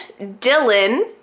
Dylan